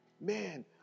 Man